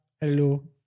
hello